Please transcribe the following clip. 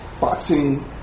boxing